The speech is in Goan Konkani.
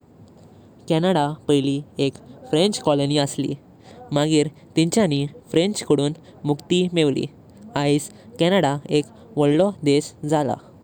कॅनडा पायली एक फ्रेंच कॉलोनी आस्ली। मगिरी तिंचणी फ्रेंच कडून मुक्ती मेवली। आयज कॅनडा एक वडलों देश जाला।